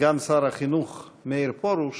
סגן שר החינוך מאיר פרוש,